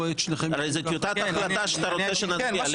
הרי זאת טיוטת החלטה שאתה רוצה שנצביע עליה.